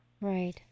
Right